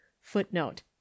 footnote